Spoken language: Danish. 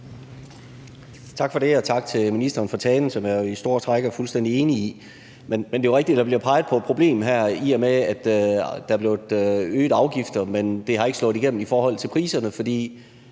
Tak for det, og tak til ministeren for talen, som jeg jo i store træk er fuldstændig enig i. Men det er jo rigtigt, at der blev peget på et problem her, i og med at der er kommet øgede afgifter, men at det jo ikke har slået igennem i forhold til priserne. For